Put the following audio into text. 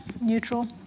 neutral